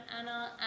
Anna